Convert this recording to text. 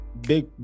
Big